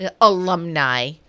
alumni